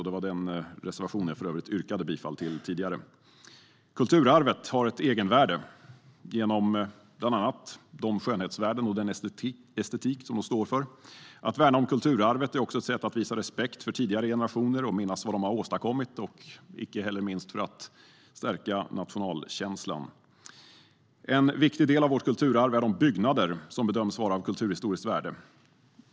Det var den reservationen som jag yrkade bifall till tidigare. En viktig del av vårt kulturarv är de byggnader som bedöms vara av kulturhistoriskt värde.